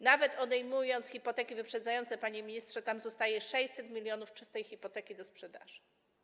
Nawet odejmując hipoteki wyprzedzające, panie ministrze, tam zostaje 600 mln czystej hipoteki do sprzedaży.